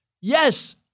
Yes